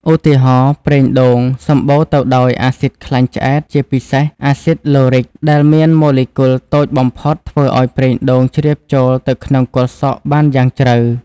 ឧទាហរណ៍ ប្រេងដូង សម្បូរទៅដោយអាស៊ីដខ្លាញ់ឆ្អែត ជាពិសេស អាស៊ីដ ឡូរិក (Lauric) ដែលមានម៉ូលេគុលតូចបំផុតធ្វើឲ្យប្រេងដូងជ្រាបចូលទៅក្នុងគល់សក់បានយ៉ាងជ្រៅ។